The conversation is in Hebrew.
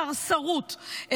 סרסרות,